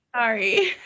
Sorry